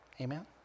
Amen